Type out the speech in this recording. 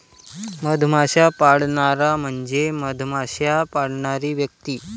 मधमाश्या पाळणारा म्हणजे मधमाश्या पाळणारी व्यक्ती